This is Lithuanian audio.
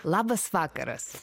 labas vakaras